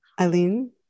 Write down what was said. Eileen